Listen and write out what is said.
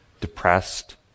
depressed